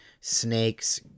Snake's